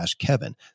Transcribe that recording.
kevin